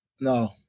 No